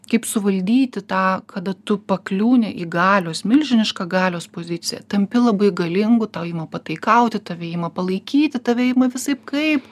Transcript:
kaip suvaldyti tą kada tu pakliūni į galios milžinišką galios poziciją tampi labai galingu tau ima pataikauti tave ima palaikyti tave ima visaip kaip